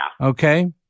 Okay